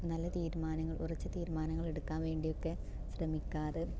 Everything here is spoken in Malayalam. നല്ല തീരുമാനങ്ങൾ ഉറച്ച തീരുമാനങ്ങൾ എടുക്കാൻ വേണ്ടിയൊക്കെ ശ്രമിക്കാറ്